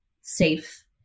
safe